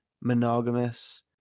monogamous